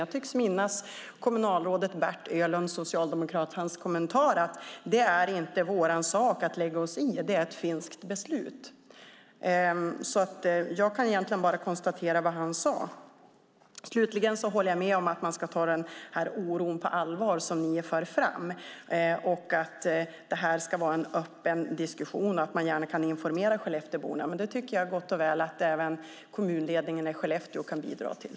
Jag tycker mig minnas att kommunalrådet Bert Öhlund kommenterade det och sade: Det är inte vår sak att lägga oss i. Det är ett finskt beslut. Jag kan egentligen bara konstatera vad han sade. Avslutningsvis håller jag med om att man ska ta den oro som förs fram på allvar. Det här ska vara en öppen diskussion, och man kan gärna informera skellefteborna. Det tycker jag att även kommunledningen i Skellefteå gott kan bidra till.